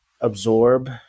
absorb